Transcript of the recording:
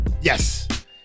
Yes